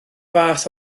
fath